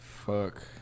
Fuck